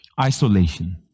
isolation